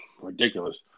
ridiculous